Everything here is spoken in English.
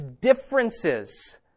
differences